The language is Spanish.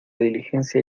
diligencia